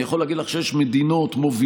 אני יכול להגיד לך שיש מדינות מובילות,